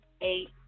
eight